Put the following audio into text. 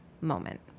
moment